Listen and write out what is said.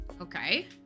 Okay